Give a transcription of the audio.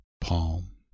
palm